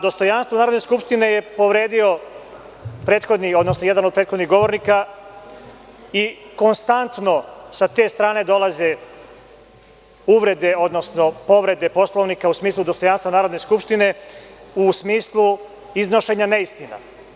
Dostojanstvo Narodne skupštine je povredio jedan od prethodnih govornika i konstantno sa te strane dolaze uvrede, odnosno povrede Poslovnika u smislu dostojanstva Narodne skupštine, u smislu iznošenja neistina.